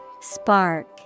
Spark